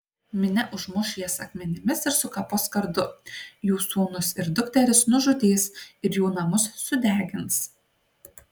minia užmuš jas akmenimis ir sukapos kardu jų sūnus ir dukteris nužudys ir jų namus sudegins